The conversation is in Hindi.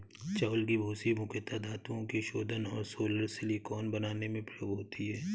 चावल की भूसी मुख्यता धातुओं के शोधन और सोलर सिलिकॉन बनाने में प्रयोग होती है